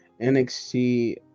NXT